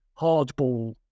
hardball